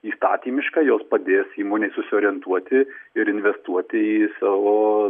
įstatymiškai jos padės įmonei susiorientuoti ir investuoti į savo